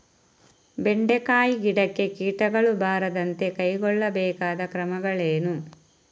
ಬೆಂಡೆಕಾಯಿ ಗಿಡಕ್ಕೆ ಕೀಟಗಳು ಬಾರದಂತೆ ಕೈಗೊಳ್ಳಬೇಕಾದ ಕ್ರಮಗಳೇನು?